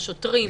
שתיהן.